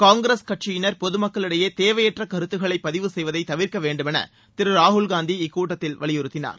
காங்கிரஸ் கட்சியினர் பொது மக்களிடையே தேவையற்றக் கருத்துக்களை பதிவு செய்வதை தவிர்க்க வேண்டுமென திரு ராகுல் காந்தி இக்கூட்டத்தில் வலியுறுத்தினார்